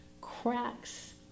cracks